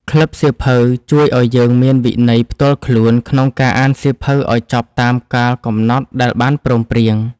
ក្លឹបសៀវភៅជួយឱ្យយើងមានវិន័យផ្ទាល់ខ្លួនក្នុងការអានសៀវភៅឱ្យចប់តាមកាលកំណត់ដែលបានព្រមព្រៀង។